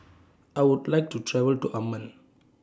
I Would like to travel to Amman